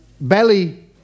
belly